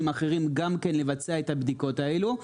אחרים גם כן לבצע את הבדיקות האלה?